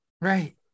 Right